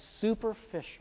superficial